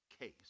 Case